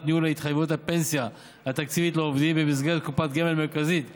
ניהול התחייבויות הפנסיה התקציבית לעובדים במסגרת קופת גמל מרכזית לקצבה,